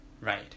Right